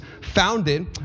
founded